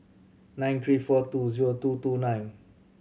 nine three four two zero two two nine